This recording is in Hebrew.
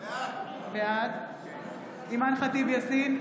בעד אימאן ח'טיב יאסין,